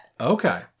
Okay